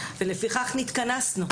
ולפיכך נתכנסנו.